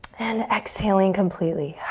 and exhaling completely.